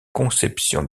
conception